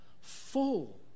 full